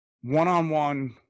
one-on-one